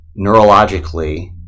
neurologically